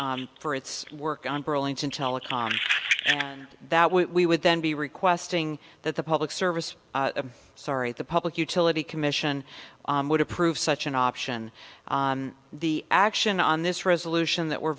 for for its work on burlington telecom and that we would then be requesting that the public service i'm sorry the public utility commission would approve such an option on the action on this resolution that we're